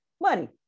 money